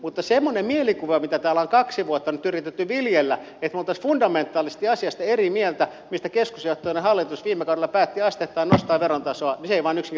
mutta semmoinen mielikuva jota täällä on kaksi vuotta nyt yritetty viljellä että me olisimme fundamentaalisesti eri mieltä asiasta jossa keskustajohtoinen hallitus viime kaudella päätti asteittain nostaa veron tasoa ei vain yksi